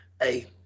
Hey